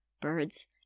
birds